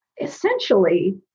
essentially